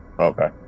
okay